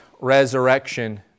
resurrection